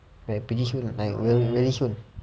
like pretty soon like really soon